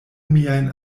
miajn